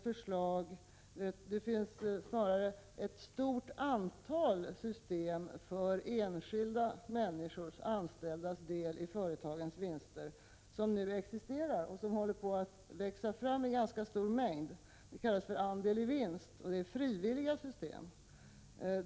Olika system för enskilda anställdas del i företagens vinster håller nämligen på att växa fram i ganska stor mängd. Det kallas andel i vinst, och det är frivilliga system.